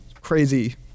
crazy